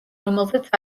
რომელზეც